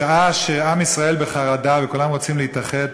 בשעה שעם ישראל בחרדה וכולם רוצים להתאחד,